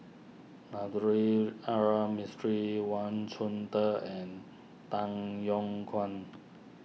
R Mistri Wang Chunde and Tan Yong Kwang